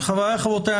חבריי וחברותי,